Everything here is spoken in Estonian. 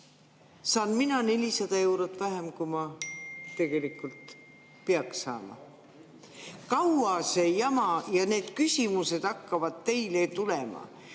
400 eurot vähem, kui ma tegelikult peaks saama. Kaua see jama [kestab]? Need küsimused hakkavad teile tulema.